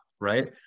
Right